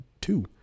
two